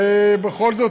ובכל זאת,